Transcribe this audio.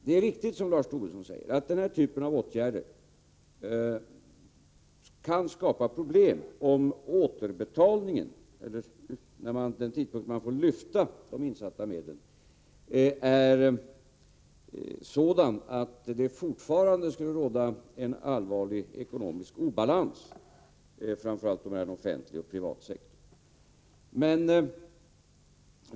Det är riktigt som Lars Tobisson säger att den här typen av åtgärder kan skapa problem om återbetalningen — jag tänker på den tidpunkt när man får lyfta de insatta medlen — är sådan att det fortfarande skulle råda en allvarlig ekonomisk obalans, framför allt mellan den offentliga och den privata sektorn.